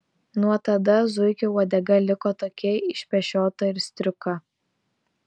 nuo tada zuikio uodega liko tokia išpešiota ir striuka